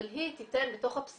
אבל היא תיתן בתוך הפסיפס,